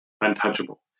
untouchable